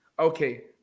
Okay